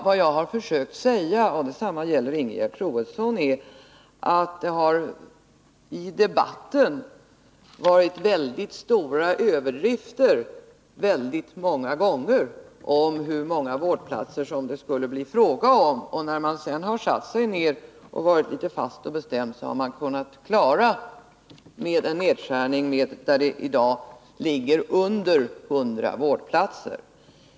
Vad jag har försökt säga — jag säger detta också till Ingegerd Troedsson — är att det i debatten många gånger förekommit stora överdrifter när man talat om hur många vårdplatser det skulle bli fråga om. När man sedan satt sig ned och varit litet fast och bestämd har man kunnat klara sig med en nedskärning som i dag ligger under 100 vårdplatser.